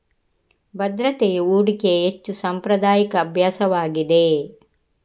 ಭದ್ರತೆಯು ಹೂಡಿಕೆಯ ಹೆಚ್ಚು ಸಾಂಪ್ರದಾಯಿಕ ಅಭ್ಯಾಸವಾಗಿದೆ